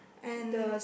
and